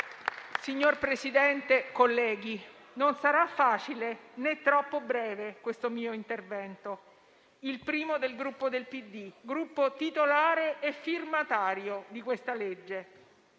signor Presidente, colleghi, non sarà facile né troppo breve questo mio intervento, il primo del Gruppo del Partito Democratico, Gruppo titolare e firmatario di questa legge.